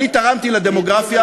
אני תרמתי לדמוגרפיה.